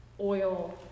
oil